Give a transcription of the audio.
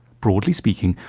broadly speaking,